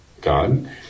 God